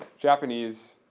japanese,